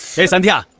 hey sandhya,